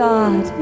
God